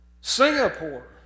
Singapore